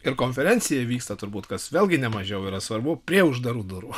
ir konferencija vyksta turbūt kas vėlgi ne mažiau yra svarbu prie uždarų durų